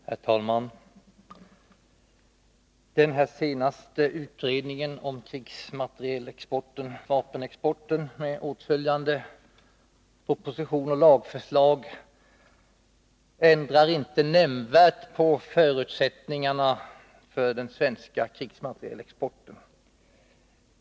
Herr talman! Den senaste utredningen om krigsmaterielexporten/vapenexporten med åtföljande proposition och lagförslag ändrar inte nämnvärt förutsättningarna för den svenska krigsmaterielexporten.